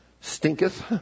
stinketh